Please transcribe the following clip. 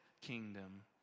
kingdom